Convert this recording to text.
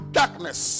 darkness